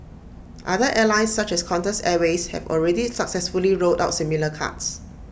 other airlines such as Qantas airways have already successfully rolled out similar cards